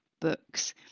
books